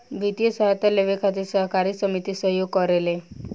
वित्तीय सहायता लेबे खातिर सहकारी समिति सहयोग करेले